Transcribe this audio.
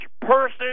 person